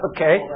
Okay